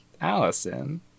Allison